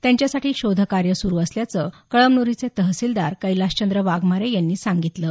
त्यांच्यासाठी शोध कार्य सुरू असल्याचं कळमनुरीचे तहसीलदार कैलाशचंद्र वाघमारे यांनी म्हटलं आहे